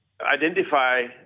identify